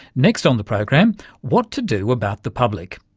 next on the programme what to do about the public.